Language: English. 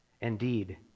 Indeed